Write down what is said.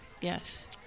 yes